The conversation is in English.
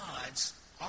God's